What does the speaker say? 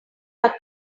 are